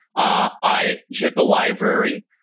ah i hit the library.